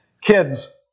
Kids